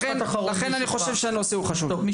לכן אני חושב שהנושא הוא חשוב מאוד.